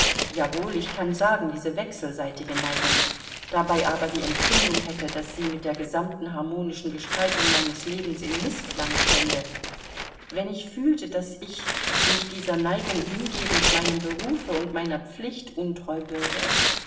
ich kann sagen diese wechselseitige neigung dabei aber die empfindung hätte daß sie mit der gesamten harmonischen gestaltung meines lebens in mißklang stände wenn ich fühlte daß ich mich dieser neigung hingebend meinem berufe und meiner pflicht untreu würde